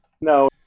No